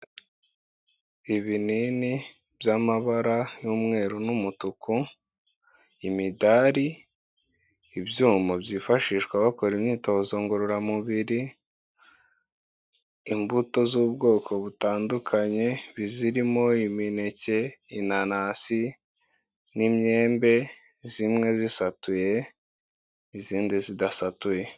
Ibinini by'amabara y'umweru n'umutuku, imidari ibyuma byifashishwa bakora imyitozo ngororamubiri, imbuto z'ubwoko butandukanye, bizirimo imineke, inanasi, n'imyembe zimwe zisatuye izindi zidasatuye.